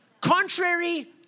Contrary